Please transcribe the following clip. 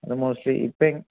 അത് മോസ്ലി ഇപ്പം